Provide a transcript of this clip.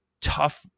tough